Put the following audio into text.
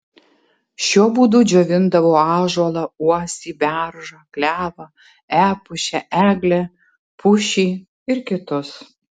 šiuo būdu džiovindavo ąžuolą uosį beržą klevą epušę eglę pušį ir kitus